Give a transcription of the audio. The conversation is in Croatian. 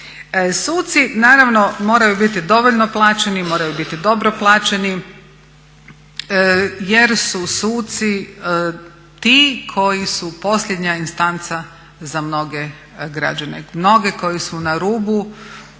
Suci naravno moraju biti dovoljno plaćeni, moraju biti dobro plaćeni jer su suci ti koji su posljednja instanca za mnoge građane, mnoge koji su na rubu